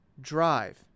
drive